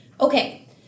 Okay